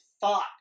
thought